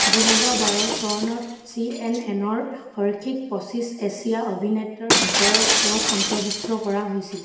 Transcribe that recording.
দুহেজাৰ বাৰ চনত চি এন এন ৰ শৰ্ষিক পঁচিছ এছিয়া অভিনেতা ৰ ভিতৰত তেওঁক অন্তৰ্ভুক্ত কৰা হৈছিল